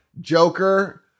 Joker